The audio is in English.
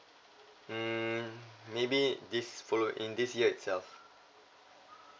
mm maybe this follow in this year itself